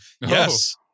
yes